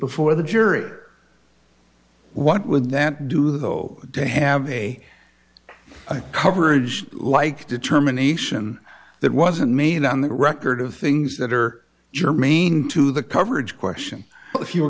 before the jury what would that do though to have a coverage like determination that wasn't made on the record of things that are germane to the coverage question if you